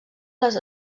les